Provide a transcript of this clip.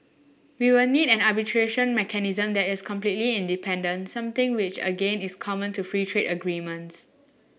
we will need an arbitration mechanism that is completely independent something which again is common to free trade agreements